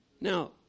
Now